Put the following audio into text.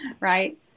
right